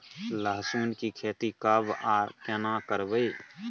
लहसुन की खेती कब आर केना करबै?